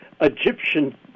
Egyptian